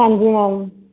ਹਾਂਜੀ ਮੈਮ